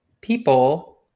people